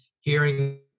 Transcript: hearing